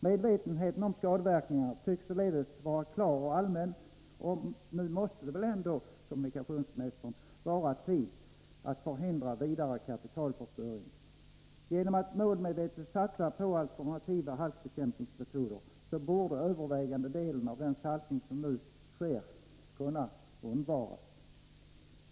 Medvetenheten om skadeverkningarna tycks således vara klar och allmän, och nu måste det väl äntligen vara tid, kommunikationsministern, att förhindra vidare kapitalförstöring. Genom att målmedvetet satsa på alternativa halkbekämpningsmetoder borde den största delen av den saltning som nu sker kunna undvaras.